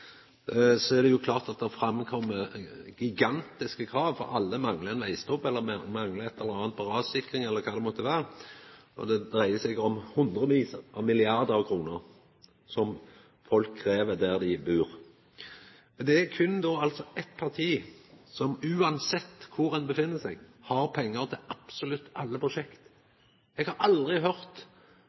så er det klart at det kjem fram gigantiske krav, for alle manglar ein vegstubb eller eit eller anna på rassikring eller kva det måtte vere. Og det dreier seg om hundrevis av milliardar kroner som folk krev der dei bur. Men det er altså berre eitt parti som – uansett kor ein oppheld seg – har pengar til absolutt alle prosjekt. Eg har aldri høyrt